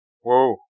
Whoa